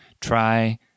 try